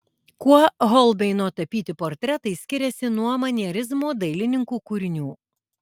kuo holbeino tapyti portretai skiriasi nuo manierizmo dailininkų kūrinių